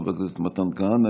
חבר הכנסת מתן כהנא,